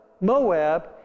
Moab